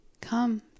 come